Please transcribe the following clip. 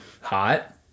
hot